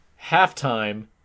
Halftime